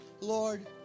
Lord